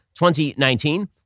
2019